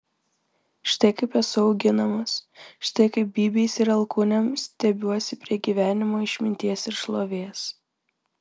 štai kaip esu auginamas štai kaip bybiais ir alkūnėm stiebiuosi prie gyvenimo išminties ir šlovės